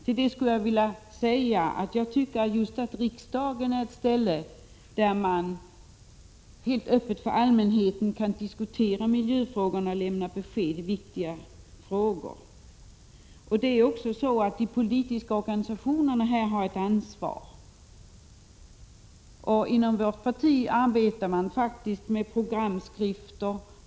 Jag skulle vilja säga att just riksdagen är ett ställe där man helt öppet för allmänheten kan diskutera miljöfrågorna och lämna besked i viktiga frågor. Här har också de politiska organisationerna ett ansvar. Inom vårt parti arbetar vi för närvarande faktiskt med programskrifter.